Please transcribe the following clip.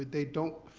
they don't